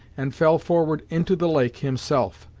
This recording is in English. and fell forward into the lake, himself,